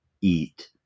eat